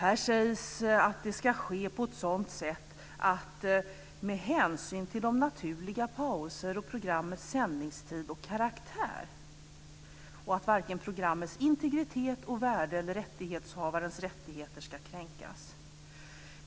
Här sägs att det ska ske med hänsyn till naturliga pauser, programmets sändningstid och karaktär och att varken programmets integritet och värde eller rättighetshavarens rättigheter ska kränkas.